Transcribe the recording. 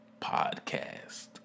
podcast